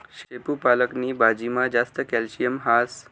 शेपू पालक नी भाजीमा जास्त कॅल्शियम हास